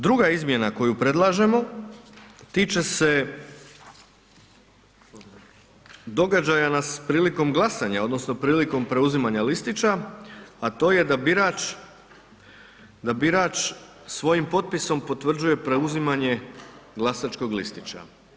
Druga izmjena koju predlažemo tiče se događaja prilikom glasanja odnosno prilikom preuzimanja listića, a to je da birač, da birač svojim potpisom potvrđuje preuzimanje glasačkog listića.